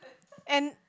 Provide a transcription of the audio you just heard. and